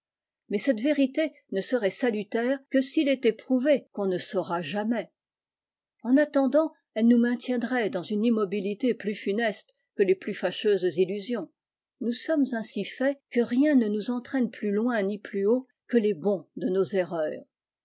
mais cette vérité ne serait salutaire que s'il était prouvé qu'on ne saura jamais en allendant elle nous maintiendrait dans une immobilité plus funeste que les plus fâcheuses illusions nous sommes ainsi faits que rien ne nous entraîne plus loin ni plus haut que les bonds de nos erreurs